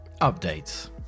updates